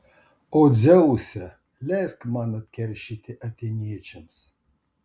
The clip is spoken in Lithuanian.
o dzeuse leisk man atkeršyti atėniečiams